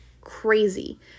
crazy